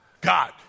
God